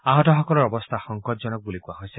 আহতসকলৰ অৱস্থা সংকটজনক বুলি কোৱা হৈছে